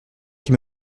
qui